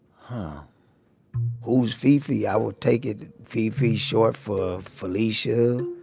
huh who's fi-fi? i would take it, fi-fi's short for felicia,